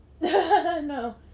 No